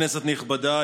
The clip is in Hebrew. כנסת נכבדה,